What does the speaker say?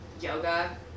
yoga